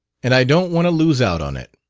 and i don't want to lose out on it.